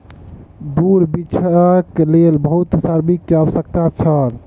तूर बीछैक लेल बहुत श्रमिक के आवश्यकता छल